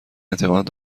اعتقاد